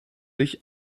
sich